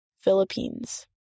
Philippines